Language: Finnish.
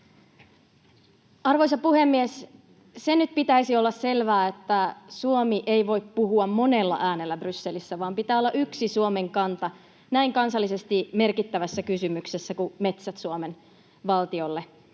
Arvoisa puhemies! Sen nyt pitäisi olla selvää, että Suomi ei voi puhua monella äänellä Brysselissä, vaan pitää olla yksi Suomen kanta kansallisesti näin merkittävässä kysymyksessä kuin metsät Suomen valtiolle